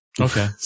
Okay